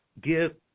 give